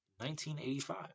1985